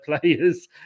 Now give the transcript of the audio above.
players